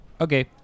Okay